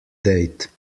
date